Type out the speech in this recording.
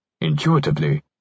Intuitively